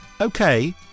Okay